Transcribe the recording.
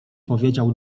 powiedział